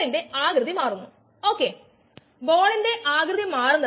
enzyme പ്രോസസിനെ എങ്ങനെ mediate ചെയുന്നു